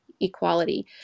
equality